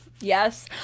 yes